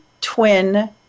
twin